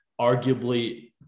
arguably